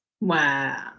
Wow